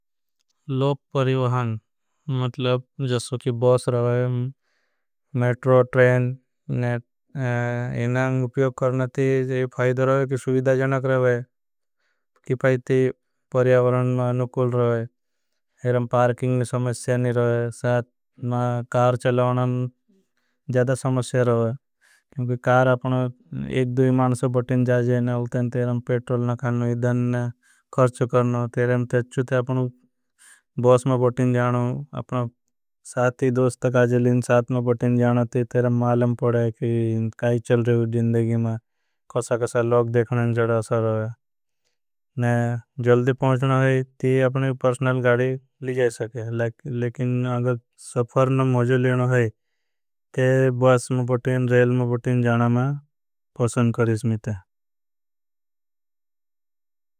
लोक परिवहान मतलब जैसे की बॉस रहा है। मेट्रो ट्रेन नेट इन्हां उपयोग करना थी ये। फायद रहा सुविधा जनक रहा है फायद थी परियावराण में। नुकुल रहा है पारकिंग समस्या नहीं रहा है चलाना ज़्यादा समस्या। रहा है क्योंकि कार अपना एक दोई मानसा बोटें जाजेने उलतें तेरें। पेट्रोल न खानो इधन कर्च करनो तेछ ते अपना बॉस में बोटें जानो। अपना साथी दोस्त तक आजेलें साथ में बोटें जानो ते तेरें माल पड़ा है। काई चल रही है जिन्दगी में कसा कसा लोग देखनें जड़ा सर जल्दी। पहुँचना है अपने परस्णल गाड़ी ली जाए सके लेकिन अगर सफर न। मौज़ो लेना है ते बॉस में बोटें रेल में बोटें जाना मैं पसंद करें समीता।